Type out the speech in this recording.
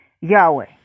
Yahweh